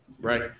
right